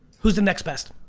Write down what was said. who's the next best?